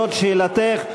זאת שאלתך,